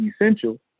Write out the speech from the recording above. essential